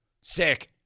sick